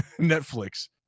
netflix